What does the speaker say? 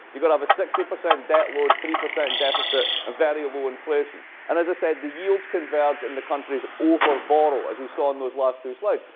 you can have a sixty percent debt load, three percent deficit, and variable inflation. and as i said, the yields converge, and the countries over-borrow. as we saw in those last three slides,